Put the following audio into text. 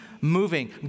moving